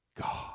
God